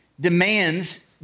demands